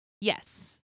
Yes